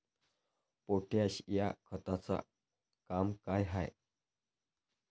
Potash या खताचं काम का हाय?